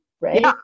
right